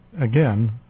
again